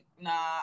nah